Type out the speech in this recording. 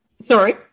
sorry